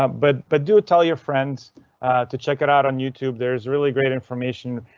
um but but do tell your friends to check it out on youtube. there is really great information.